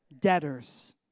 debtors